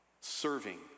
Serving